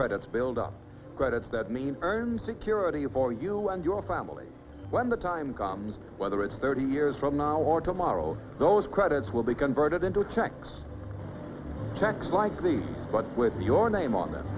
credits build up credits that mean earned security of all you and your family when the time comes whether it's thirty years from now or tomorrow those credits will be converted into tax checks like these but with your name on them